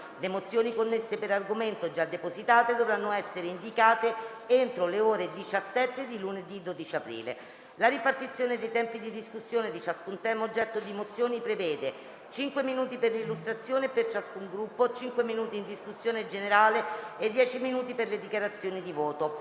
Le mozioni connesse per argomento, già depositate, dovranno essere indicate entro le ore 17 di lunedì 12 aprile. La ripartizione dei tempi di discussione di ciascun tema oggetto di mozioni prevede: cinque minuti per l'illustrazione e, per ciascun Gruppo, cinque minuti in discussione generale e dieci per le dichiarazioni di voto.